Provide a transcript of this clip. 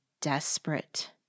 desperate